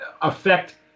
affect